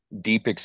deep